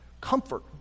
Comfort